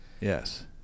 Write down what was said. Yes